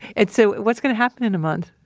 and so what's going to happen in a month?